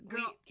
Girl